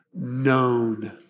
known